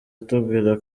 atubwira